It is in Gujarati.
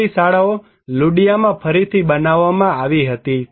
બધી શાળાઓ લુડિયામાં ફરીથી બનાવવામાં આવી હતી